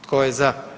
Tko je za?